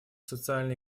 социально